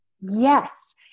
Yes